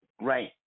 Right